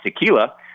tequila